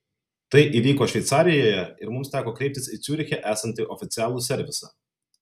tai įvyko šveicarijoje ir mums teko kreiptis į ciuriche esantį oficialų servisą